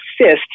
Assist